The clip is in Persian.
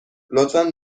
لطفا